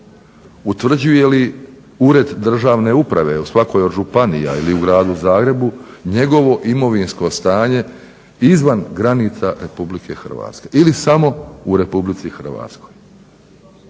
Utvrđuje li Ured državne uprave u svakoj od županija ili u gradu Zagrebu njegovo imovinsko stanje izvan granica Republike Hrvatske ili samo u Republici Hrvatskoj.